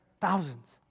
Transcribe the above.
thousands